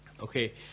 Okay